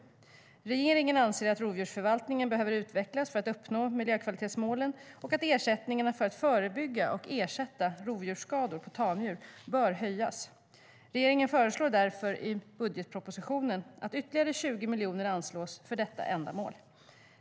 Regeringen anser att rovdjursförvaltningen behöver utvecklas för att miljökvalitetsmålen ska uppnås och att ersättningarna för att förebygga och ersätta rovdjursskador på tamdjur bör höjas. Regeringen föreslår därför i budgetpropositionen att ytterligare 20 miljoner kronor anslås för detta ändamål.